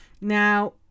now